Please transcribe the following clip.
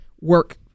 work